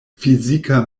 fizika